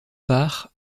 part